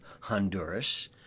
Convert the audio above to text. honduras